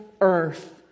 earth